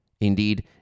Indeed